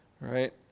right